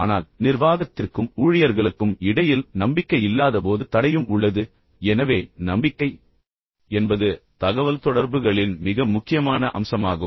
ஆனால் நிர்வாகத்திற்கும் ஊழியர்களுக்கும் இடையில் நம்பிக்கை இல்லாதபோது தடையும் உள்ளது எனவே நம்பிக்கை என்பது தகவல்தொடர்புகளின் மிக முக்கியமான அம்சமாகும்